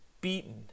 beaten